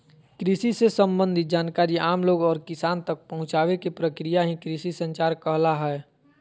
कृषि से सम्बंधित जानकारी आम लोग और किसान तक पहुंचावे के प्रक्रिया ही कृषि संचार कहला हय